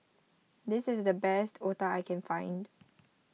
this is the best Otah I can find